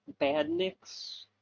Badniks